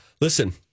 Listen